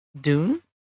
Dune